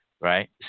right